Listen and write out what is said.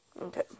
Okay